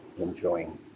enjoying